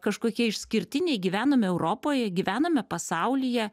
kažkokie išskirtiniai gyvename europoje gyvename pasaulyje